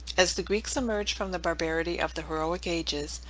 as the greeks emerged from the barbarity of the heroic ages,